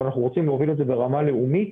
אבל אנחנו רוצים להוביל את זה ברמה לאומית,